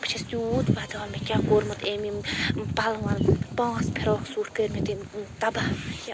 بہٕ چھیٚس تیٛوٗت ودان مےٚ کیٛاہ کوٚرمُت أمۍ یِم پَلوَن پٲنٛژھ فراق سوٗٹ کٔرۍ مےٚ تٔمۍ تباہ